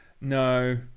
No